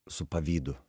su pavydu